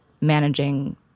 managing